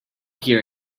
here